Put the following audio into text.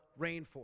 rainforest